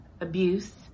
abuse